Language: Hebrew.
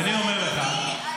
אבל אדוני, שאלה באמת, רגע, רון.